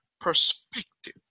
perspective